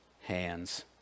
hands